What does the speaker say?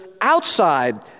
outside